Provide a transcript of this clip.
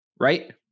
Right